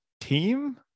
team